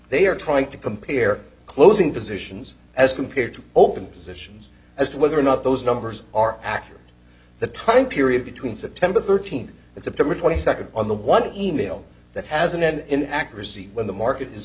they are trying to compare closing positions as compared to open positions as to whether or not those numbers are accurate the time period between september thirteenth that's a pretty second on the one e mail that has an accuracy when the market is